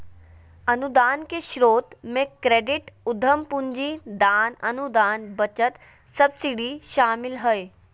अनुदान के स्रोत मे क्रेडिट, उधम पूंजी, दान, अनुदान, बचत, सब्सिडी शामिल हय